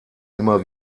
immer